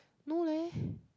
no leh